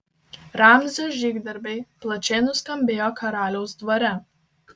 ramzio žygdarbiai plačiai nuskambėjo karaliaus dvare